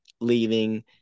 Leaving